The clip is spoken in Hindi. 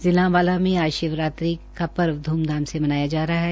जिला अम्बाला में आज महाशिवरात्रि का पर्व धूमधाम से मनाया जा रहा है